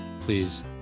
please